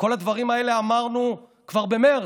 את כל הדברים האלה אמרנו כבר במרץ,